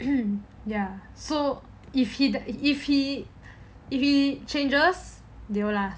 ya so if he if he if it changes they will last